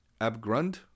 Abgrund